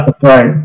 Right